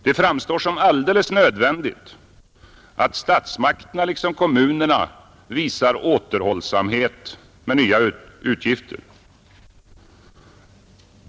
Det framstår som alldeles nödvändigt att statsmakterna liksom kommunerna visar återhållsamhet med nya utgifter.